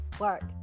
work